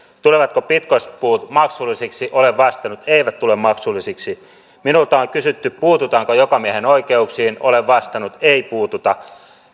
tulevatko pitkospuut maksullisiksi olen vastannut eivät tule maksullisiksi minulta on kysytty puututaanko jokamiehenoikeuksiin olen vastannut ei puututa